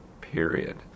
period